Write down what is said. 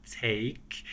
take